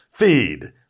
Feed